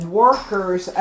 workers